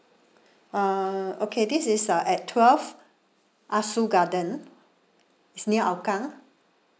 uh okay this is uh at twelve ah soo garden it's near hougang